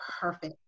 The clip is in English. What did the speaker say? perfect